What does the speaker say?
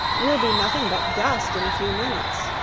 we'll be nothing but dust in a few minutes,